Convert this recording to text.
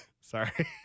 Sorry